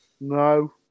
No